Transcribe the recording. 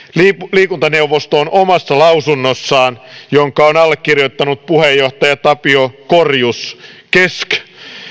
liikuntaneuvosto on omassa lausunnossaan jonka on allekirjoittanut puheenjohtaja tapio korjus kesk